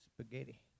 Spaghetti